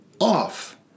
off